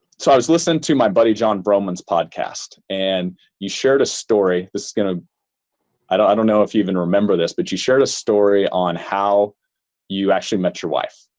so i was listening to my buddy, john vroman's podcast. and you shared a story kind of i don't i don't know if you even remember this but you shared a story on how you actually met your wife.